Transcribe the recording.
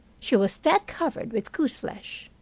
she was that covered with goose-flesh.